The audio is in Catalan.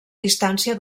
distància